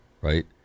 right